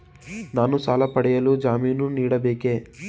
ನಾನು ಸಾಲ ಪಡೆಯಲು ಜಾಮೀನು ನೀಡಬೇಕೇ?